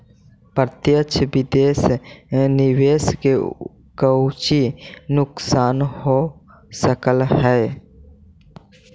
प्रत्यक्ष विदेश निवेश के कउची नुकसान हो सकऽ हई